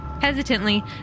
Hesitantly